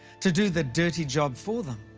to do the dirty job for them.